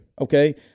Okay